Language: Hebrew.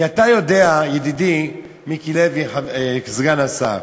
כי אתה יודע, ידידי, מיקי לוי, סגן השר,